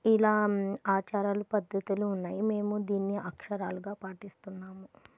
ఇలా ఆచారాలు పద్ధతులు ఉన్నాయి మేము దీన్ని అక్షరాలుగా పాటిస్తున్నాము